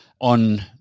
on